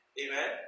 Amen